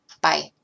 Bye